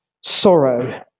sorrow